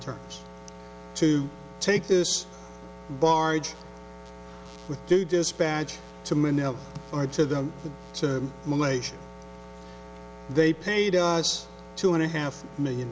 trip to take this barge with to dispatch to manila or to them to malaysia they paid us two and a half million